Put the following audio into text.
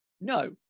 No